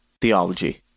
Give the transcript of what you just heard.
Theology